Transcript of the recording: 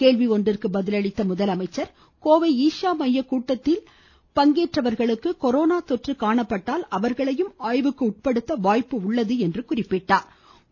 கேள்வி ஒன்றிற்கு பதில் அளித்த அவர் கோவை ஈஷா மைய கூட்டத்தில் பங்கேற்றவர்களுக்கு கொரோனா தொற்று காணப்பட்டால் அவர்களையும் ஆய்வுக்குட்படுத்த வாய்ப்பு உள்ளது என்றார்